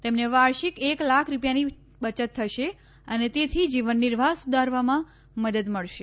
તેમને વાર્ષિક એક લાખ રૂપિયાની બચત થશે અને તેથી જીવનનિર્વાહ સુધારવામાં મદદ મળશે